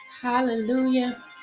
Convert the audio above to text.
Hallelujah